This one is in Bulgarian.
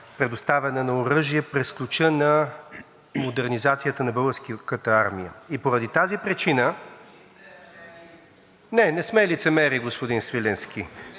Не, не сме лицемери, господин Свиленски. Това е естествено, естествена връзка има между двата въпроса и Вие много добре го знаете. Искам